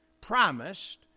promised